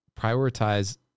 prioritize